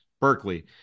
Berkeley